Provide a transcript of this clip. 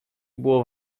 było